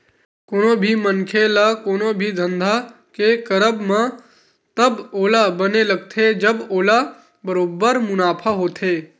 कोनो भी मनखे ल कोनो भी धंधा के करब म तब ओला बने लगथे जब ओला बरोबर मुनाफा होथे